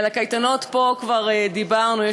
על הקייטנות כבר דיברנו פה.